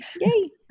Yay